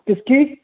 کس کی